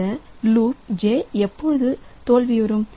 இந்த loop j எப்பொழுது தோல்வியுறும்